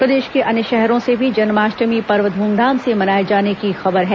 प्रदेष के अन्य शहरों से भी जन्माष्टमी पर्व ध्रमधाम से मनाए जाने की खबर है